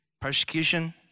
persecution